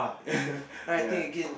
ya